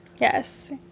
Yes